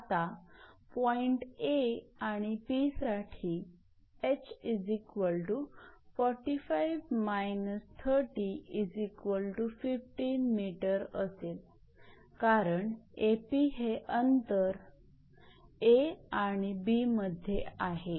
आता point A आणि 𝑃 साठी ℎ45−3015 𝑚 असेल कारण 𝐴𝑃 हे अंतर A आणि B मध्ये आहे